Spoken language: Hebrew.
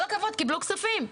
כל הכבוד, קיבלו כספים.